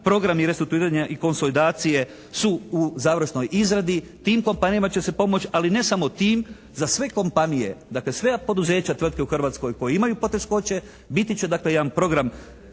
Programi restrukturiranja i konsolidacije su u završnoj izradi. Tim … /Govornik se ne razumije./ … će se pomoći ali ne samo tim za sve kompanije, dakle sve ,poduzeća, tvrtke u Hrvatskoj koje imaju poteškoće biti će dakle jedan program